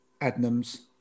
Adnams